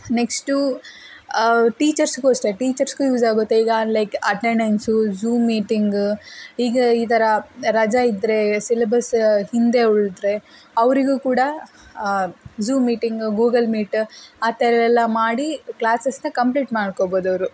next ಟೀಚರ್ಸ್ಗೂ ಅಷ್ಟೇ ಟೀಚರ್ಸ್ಗೂ ಯೂಸಾಗುತ್ತೆ ಈಗ ಲೈಕ್ ಅಟೆಂಡೆನ್ಸು ಝೂಮ್ ಮೀಟಿಂಗು ಈಗ ಈ ಥರ ರಜೆ ಇದ್ರೆ ಸಿಲಬಸ್ ಹಿಂದೆ ಉಳಿದ್ರೆ ಅವರಿಗೂ ಕೂಡ ಝೂಮ್ ಮೀಟಿಂಗ್ ಗೂಗಲ್ ಮೀಟ ಆ ಥರ ಎಲ್ಲ ಮಾಡಿ ಕ್ಲಾಸಸ್ನ ಕಂಪ್ಲೀಟ್ ಮಾಡ್ಕೊಬೋದು ಅವರು